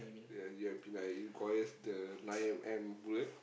ya the M_P nine it requires the nine M_M bullet